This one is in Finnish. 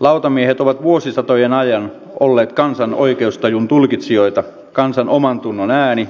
lautamiehet ovat vuosisatojen ajan olleet kansan oikeustajun tulkitsijoita kansan omantunnon ääni